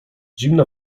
zimna